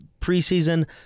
preseason